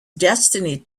destiny